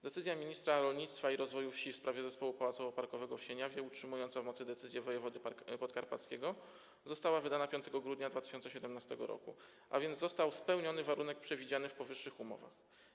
Decyzja ministra rolnictwa i rozwoju wsi w sprawie zespołu pałacowo-parkowego w Sieniawie, utrzymująca w mocy decyzję wojewody podkarpackiego, została wydana 5 grudnia 2017 r., a więc został spełniony warunek przewidziany w powyższych umowach.